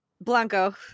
Blanco